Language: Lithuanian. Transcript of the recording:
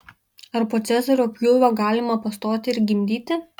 ar po cezario pjūvio galima pastoti ir gimdyti